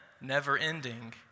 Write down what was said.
never-ending